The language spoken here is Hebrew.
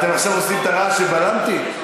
אתם עכשיו עושים את הרעש, כשבלמתי?